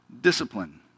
discipline